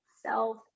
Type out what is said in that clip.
self